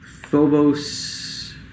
Phobos